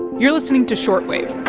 you're listening to short wave.